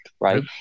right